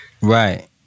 Right